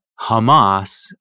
Hamas